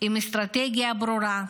עם אסטרטגיה ברורה,